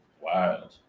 Wow